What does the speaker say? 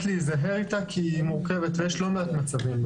להיזהר איתה כי היא מורכבת ויש לא מעט מצבים.